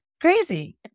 crazy